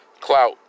clout